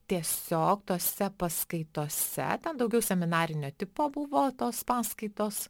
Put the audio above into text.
tiesiog tose paskaitose ten daugiau seminarinio tipo buvo tos paskaitos